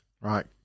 Right